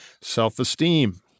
self-esteem